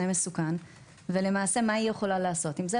מסוכן ולמעשה מה היא יכולה לעשות עם זה?